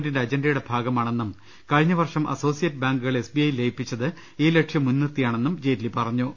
ന്റെ അജണ്ടയുടെ ഭാഗമാ ണെന്നും കഴിഞ്ഞവർഷം അസോസിയറ്റ് ബാങ്കുകളെ എസ്ബിഐ യിൽ ലയിപ്പിച്ചത് ഈ ലക്ഷ്യം മുൻനിർത്തിയാണെന്നും ജെയ്റ്റ്ലി പറഞ്ഞു